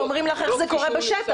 ואומרים לך איך זה קורה בשטח.